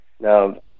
Now